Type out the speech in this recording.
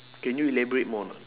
can you elaborate more